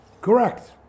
Correct